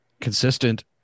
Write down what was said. consistent